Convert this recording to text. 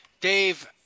Dave